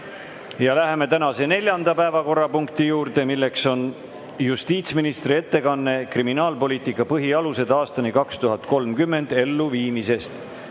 Läheme tänase neljanda päevakorrapunkti juurde, milleks on justiitsministri ettekanne "Kriminaalpoliitika põhialused aastani 2030" elluviimisest.